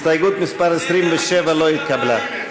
הסתייגות מס' 27 לא התקבלה.